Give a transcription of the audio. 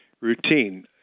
routine